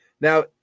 now